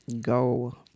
Go